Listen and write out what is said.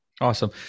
Awesome